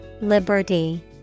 Liberty